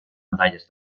medalles